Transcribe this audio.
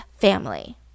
family